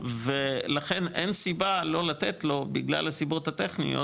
ולכן אין סיבה לא לתת לו בגלל הסיבות הטכניות